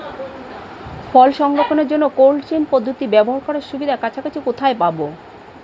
ফল সংরক্ষণের জন্য cold chain পদ্ধতি ব্যবহার করার সুবিধা কাছাকাছি কোথায় পাবো?